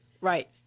Right